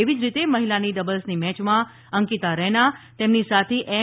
એવી જ રીતે મહિલાની ડબલ્સની મેચમાં અંકિતા રૈના તેમની સાથી એમ